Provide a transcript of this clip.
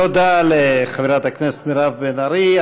תודה לחברת הכנסת מירב בן ארי.